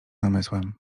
namysłem